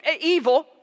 evil